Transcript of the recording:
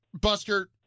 Buster